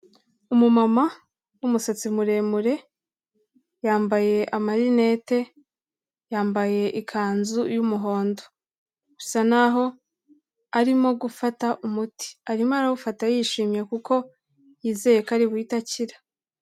Umumama w'umusatsi muremure, yambaye amarinete, yambaye ikanzu y'umuhondo, bisa naho arimo gufata umuti, arimo arawufata yishimye kuko yizeye ko ari buhite akira.